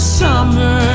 summer